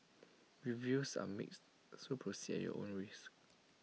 reviews are mixed so proceed at your own risk